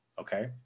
Okay